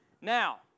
Now